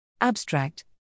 Abstract